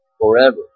forever